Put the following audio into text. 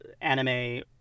anime